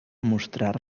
mostrar